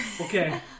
Okay